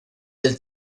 del